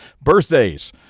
birthdays